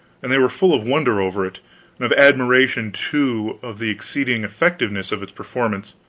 and they were full of wonder over it and of admiration, too, of the exceeding effectiveness of its performance.